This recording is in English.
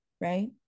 Right